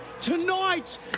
Tonight